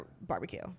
barbecue